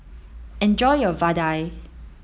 enjoy your Vadai